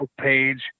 page